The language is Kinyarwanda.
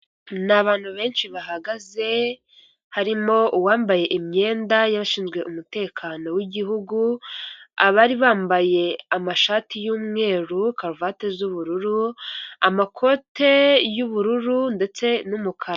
Ni abantu benshi bahagaze harimo uwambaye imyenda y'abashinzwe umutekano w'igihugu. Abari bambaye amashati y'umweru, karuvati z'ubururu amakote y'ubururu, ndetse n'umukara.